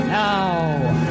now